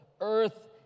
earth